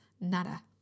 nada